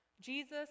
Jesus